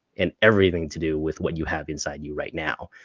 and everything to do with what you have inside you right now.